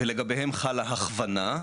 ולגביהם חלה הכוונה,